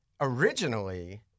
Originally